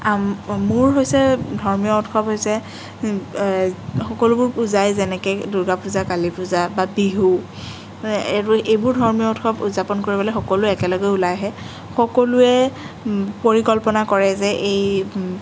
মোৰ হৈছে ধৰ্মীয় উৎসৱ হৈছে সকলোবোৰ পূজাই যেনেকে দুৰ্গা পূজা কালী পূজা বা বিহু আৰু এইবোৰ ধৰ্মীয় উৎসৱ উদযাপন কৰিবলৈ সকলোৱে একেলগে ওলাই আহে সকলোৱে পৰিকল্পনা কৰে যে এই